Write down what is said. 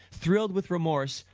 thrill'd with remorse,